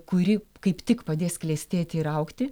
kuri kaip tik padės klestėti ir augti